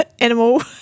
animal